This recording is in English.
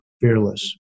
fearless